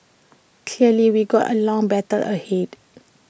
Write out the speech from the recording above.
clearly we got A long battle ahead